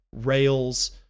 rails